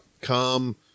come